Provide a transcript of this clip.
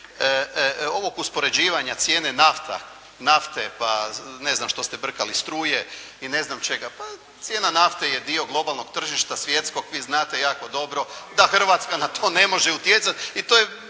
ovog uspoređivanja cijene nafte pa ne znam što ste brkali, struje i ne znam čega, pa cijena nafte je dio globalnog tržišta svjetskog. Vi znate jako dobro da Hrvatska na to ne može utjecati i to je